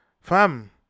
fam